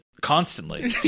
constantly